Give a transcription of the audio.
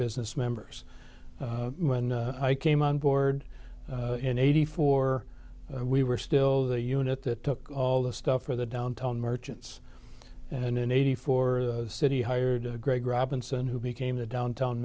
business members when i came on board in eighty four we were still the unit that took all the stuff for the downtown merchants and in eighty four the city hired greg robinson who became the downtown